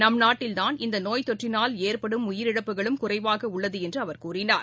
நம்நாட்டில்தான் இந்தநோய் தொற்றினால் ஏற்படும் உயிரிழப்புகளும் குறைவாகஉள்ளதுஎன்றுஅவர் கூறினார்